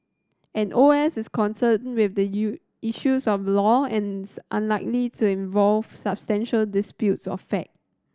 an O S is concerned with issues of law and unlikely to involve substantial disputes of fact